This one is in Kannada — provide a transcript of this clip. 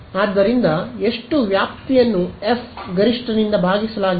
ಆದ್ದರಿಂದ ಎಷ್ಟು ವ್ಯಾಪ್ತಿಯನ್ನು ಎಫ್ ಗರಿಷ್ಠ ನಿಂದ ಭಾಗಿಸಲಾಗಿದೆ